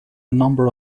number